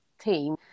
team